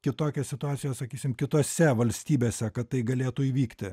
kitokią situaciją sakysim kitose valstybėse kad tai galėtų įvykti